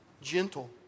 gentle